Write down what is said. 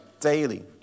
daily